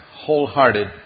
wholehearted